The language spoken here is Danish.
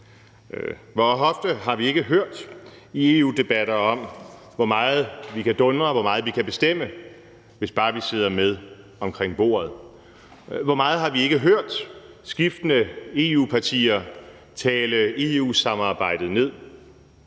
Hvor ofte har vi ikke hørt i EU-debatter om, hvor meget vi kan dundre, og hvor meget vi kan bestemme, hvis bare vi sidder med omkring bordet? Hvor meget har vi ikke hørt skiftende EU-partier tale EU-samarbejdet ned,